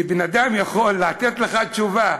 כי בן-אדם יכול לתת לך תשובה,